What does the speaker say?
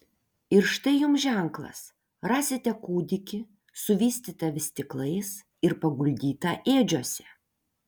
ir štai jums ženklas rasite kūdikį suvystytą vystyklais ir paguldytą ėdžiose